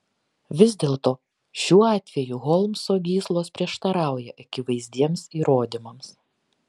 vis dėlto šiuo atveju holmso gyslos prieštarauja akivaizdiems įrodymams